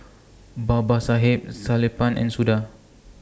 Babasaheb Sellapan and Suda